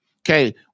Okay